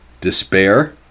despair